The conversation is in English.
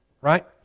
Right